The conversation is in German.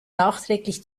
nachträglich